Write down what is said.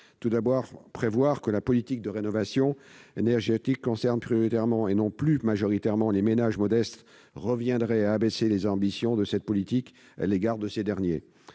Tout d'abord, prévoir que la politique de rénovation énergétique concernera prioritairement- et non plus majoritairement -les ménages modestes reviendrait à réduire les ambitions de cette politique à l'égard de ces derniers.